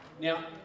now